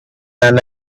and